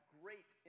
great